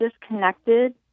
disconnected